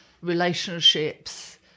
relationships